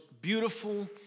beautiful